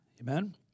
Amen